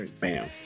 Bam